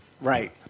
right